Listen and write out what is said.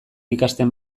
ikasten